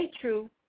true